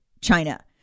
China